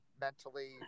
mentally